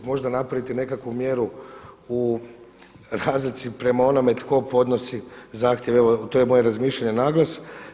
Možda napraviti nekakvu mjeru u razlici prema onome tko podnosi zahtjeve, evo to je moje razmišljanje na glas.